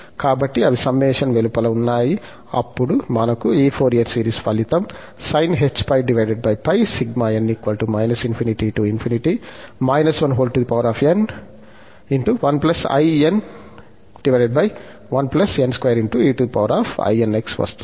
కాబట్టి అవి సమ్మషన్కు వెలుపల ఉన్నాయి అప్పుడు మనకు ఈ ఫోరియర్ సిరీస్ ఫలితంగా వస్తుంది